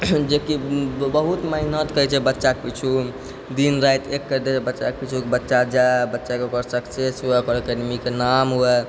जेकि बहुत मेहनत करै छै बच्चाके पिछु दिन राति एक करि दै छै बच्चाके पिछु की बच्चा जाइ बच्चाके ओकर सक्सेस हुअए ओकर एकेडमीके नाम हुअए